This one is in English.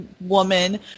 woman